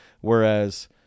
Whereas